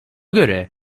göre